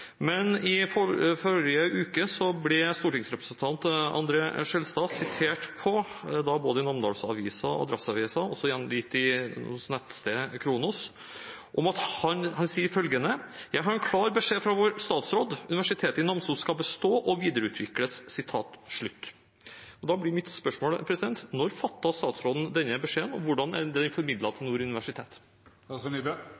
Men i forrige uke ble stortingsrepresentant André N. Skjelstad sitert både i Namdalsavisa, i Adresseavisen og på nettstedet Khrono: «Jeg har en klar beskjed fra vår statsråd – Universitetet i Namsos skal bestå og videreutvikles.» Da blir mitt spørsmål: Når fattet statsråden denne beslutningen, og hvordan er den